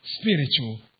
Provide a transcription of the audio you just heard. spiritual